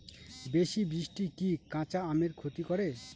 বেশি বৃষ্টি কি কাঁচা আমের ক্ষতি করে?